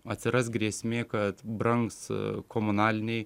atsiras grėsmė kad brangs komunaliniai